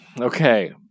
Okay